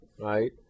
right